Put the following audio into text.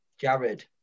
Jared